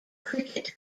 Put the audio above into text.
cricket